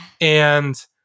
And-